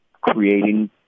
creating